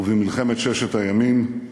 ובמלחמת ששת הימים,